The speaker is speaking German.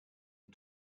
die